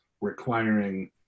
requiring